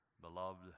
beloved